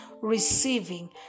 receiving